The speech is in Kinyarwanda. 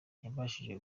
ntiyabashije